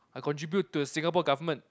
I contribute to the Singapore government